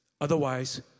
Otherwise